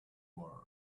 world